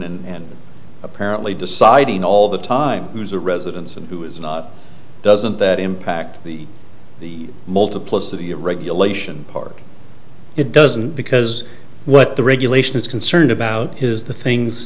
and apparently deciding all the time who is a residence and who is not doesn't that impact the the multiplicity of regulation part it doesn't because what the regulation is concerned about is the things